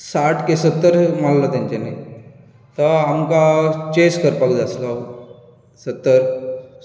साठ के सत्तर मारलो तेंच्यानी तो आमकां चेस करपाक जाय आसलो सत्तर